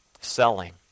selling